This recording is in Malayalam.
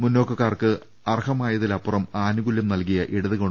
മുന്നോക്ക ക്കാർക്ക് അർഹമായതിനപ്പുറം ആനുകൂല്യം നൽകിയ ഇടതു ഗവ